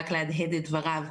רק להדהד את דבריו,